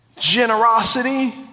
generosity